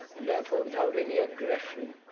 and therefore without any aggression,